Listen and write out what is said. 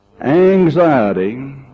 anxiety